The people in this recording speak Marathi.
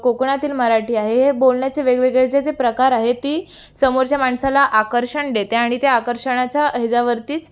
कोकणातील मराठी आहे हे बोलण्याचे वेगवेगळे जे जे प्रकार आहेत ती समोरच्या माणसाला आकर्षण देते आणि त्या आकर्षणाच्या ह्याच्यावरतीच